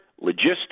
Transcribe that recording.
Logistics